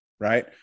right